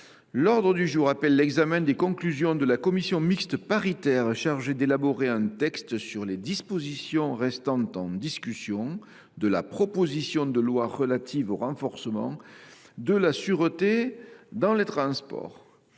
L’ordre du jour appelle l’examen des conclusions de la commission mixte paritaire chargée d’élaborer un texte sur les dispositions restant en discussion de la proposition de loi relative au renforcement de la sûreté dans les transports